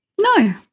No